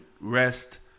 Rest